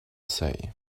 say